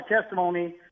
testimony